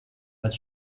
als